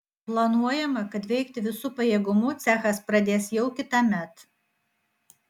planuojama kad veikti visu pajėgumu cechas pradės jau kitąmet